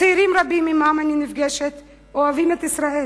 הצעירים הרבים שעמם אני נפגשת אוהבים את ישראל,